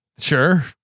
sure